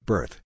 Birth